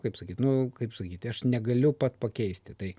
kaip sakyt nu kaip sakyt aš negaliu pat pakeisti tai